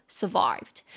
survived